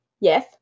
Yes